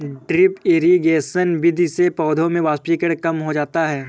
drip irrigation विधि से पौधों में वाष्पीकरण कम हो जाता है